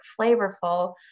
flavorful